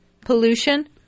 pollution